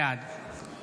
בעד